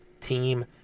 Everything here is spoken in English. team